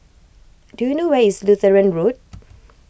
do you know where is Lutheran Road